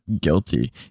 guilty